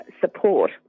support